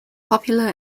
popular